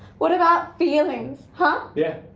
what about feelings, huh? yeah,